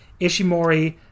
Ishimori